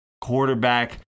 quarterback